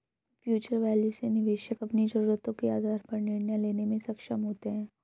future value से निवेशक अपनी जरूरतों के आधार पर निर्णय लेने में सक्षम होते हैं